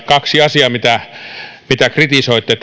kaksi asiaa mitä kritisoitte